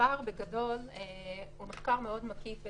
המחקר בגדול הוא מחקר מאוד מקיף.